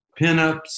pinups